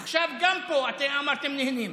עכשיו, גם פה אתם אמרתם "נהנים".